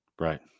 Right